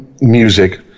music